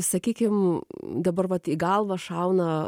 sakykim dabar vat į galvą šauna